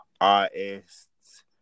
artists